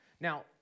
Now